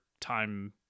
time